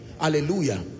Hallelujah